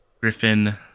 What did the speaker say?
Griffin